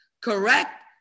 Correct